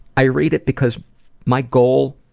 i read it because my goal